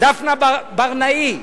דפנה ברנאי,